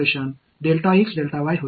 எனவே x மற்றும் y உள்ளது இங்கு z இல்லை